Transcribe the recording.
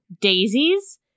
daisies